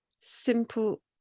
simple